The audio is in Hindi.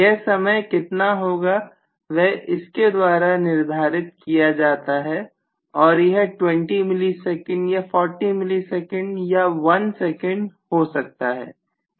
यह समय कितना होगा वह इनके द्वारा निर्धारित किया जाता है और यह 20ms या 40 ms या 1s हो सकता है